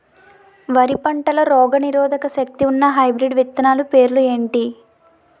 వరి పంటలో రోగనిరోదక శక్తి ఉన్న హైబ్రిడ్ విత్తనాలు పేర్లు ఏంటి?